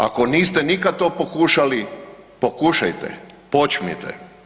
Ako niste nikad to pokušali, pokušajte, počnite.